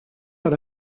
dans